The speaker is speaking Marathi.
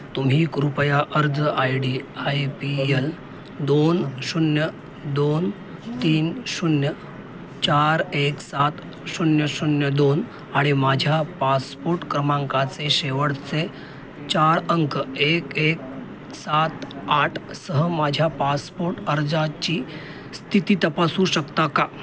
तुम्ही कृपया अर्ज I D I P L दोन शून्य दोन तीन शून्य चार एक सात शून्य शून्य दोन आणि माझ्या पासपोट क्रमांकाचे शेवटचे चार अंक एक एक सात आठ सह माझ्या पासपोट अर्जाची स्थिती तपासू शकता का